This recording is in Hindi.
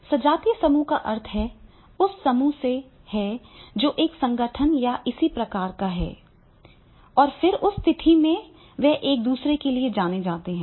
सजातीय समूह का अर्थ उस समूह से है जो एक ही संगठन या इसी प्रकार का है और फिर उस स्थिति में वे एक दूसरे के लिए जाने जाते हैं